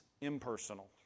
impersonal